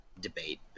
debate